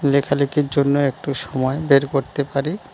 লেখালেখির জন্য একটু সময় বের করতে পারি